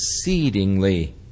exceedingly